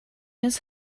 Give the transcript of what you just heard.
miss